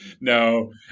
No